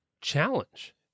challenge